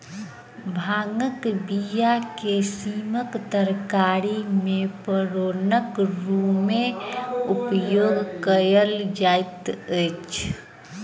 भांगक बीया के सीमक तरकारी मे फोरनक रूमे उपयोग कयल जाइत अछि